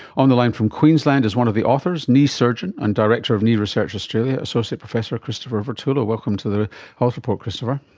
on the line from queensland is one of the authors, the surgeon and director of knee research australia, associate professor christopher vertullo. welcome to the health report, christopher.